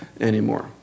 anymore